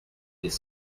des